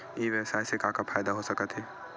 ई व्यवसाय से का का फ़ायदा हो सकत हे?